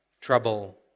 trouble